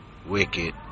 wicked